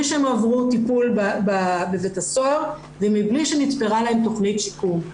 מבלי שהם עברו טיפול בבית הסוהר ומבלי שנתפרה להם תוכנית שיקום.